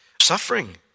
suffering